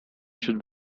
should